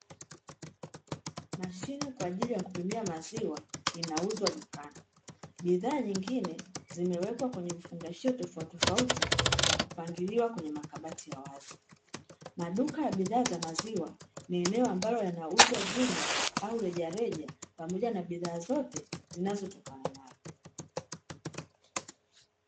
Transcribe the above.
Mashine kwa ajili ya kupimia maziwa inauzwa dukani, bidhaa nyingine zimewekwa kwenye vifungashio tofautitofauti, na kupangiliwa kwenye makabati ya wazi. Maduka ya bidhaa za maziwa, ni eneo ambalo yanauzwa jumla au rejareja pamoja na bidhaa zote zinazotokana nayo.